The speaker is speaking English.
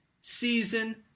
season